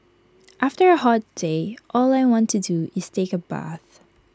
after A hot day all I want to do is take A bath